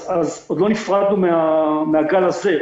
אז עוד לא נפרדנו מהגל הזה.